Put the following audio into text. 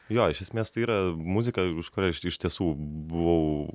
jo iš esmės tai yra muzika už kuria aš iš tiesų buvau